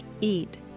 eat